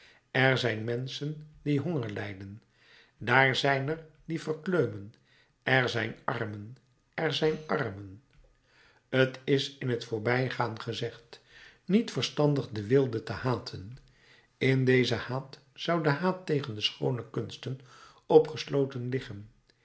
er zijn menschen die honger lijden daar zijn er die verkleumen er zijn armen er zijn armen t is in t voorbijgaan gezegd niet verstandig de weelde te haten in dezen haat zou de haat tegen de schoone kunsten opgesloten liggen